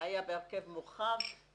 היה בהרכב מורחב.